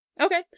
Okay